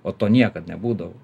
o to niekad nebūdavo